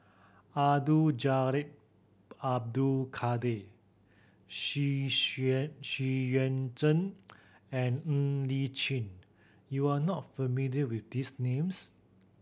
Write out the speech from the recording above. Abdul Jalil Abdul Kadir Xu Xu Yuan Zhen and Ng Li Chin you are not familiar with these names